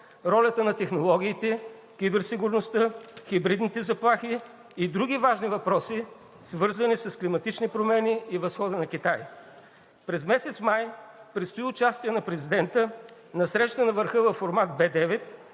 ролята на технологиите, киберсигурността, хибридните заплахи и други важни въпроси, свързани с климатичните промени и възхода на Китай. През месец май предстои участие на президента на Среща на върха във формат Б9.